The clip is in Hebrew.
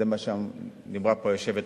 זה מה שאמרה פה היושבת-ראש,